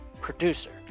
producer